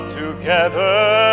together